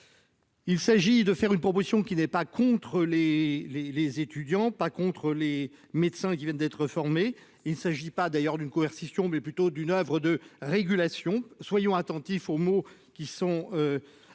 Il s'agit de faire une proposition qui n'est pas contre les les les étudiants pas contre les médecins qui viennent d'être formés, il s'agit pas d'ailleurs d'une coercition, mais plutôt d'une oeuvre de régulation. Soyons attentifs aux mots qui sont.